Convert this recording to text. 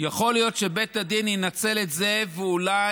יכול להיות שבית הדין ינצל את זה אולי